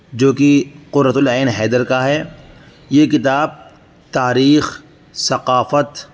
جو کہ قرۃ العین حیدر کا ہے یہ کتاب تاریخ ثقافت